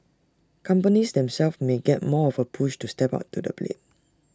companies themselves may get more of A push to step up to the plate